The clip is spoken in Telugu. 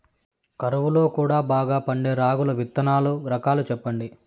కరువు లో కూడా బాగా పండే రాగులు విత్తనాలు రకాలు చెప్పండి?